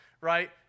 right